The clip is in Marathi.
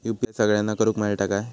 यू.पी.आय सगळ्यांना करुक मेलता काय?